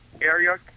area